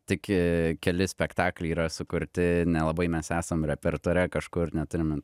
tik keli spektakliai yra sukurti nelabai mes esam repertuare kažkur neturime